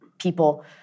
people